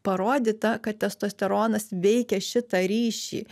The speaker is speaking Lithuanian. parodyta kad testosteronas veikia šitą ryšį